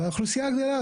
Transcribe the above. והאוכלוסייה גדלה.